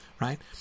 right